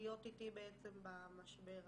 להיות איתי בעצם במשבר הזה.